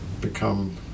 become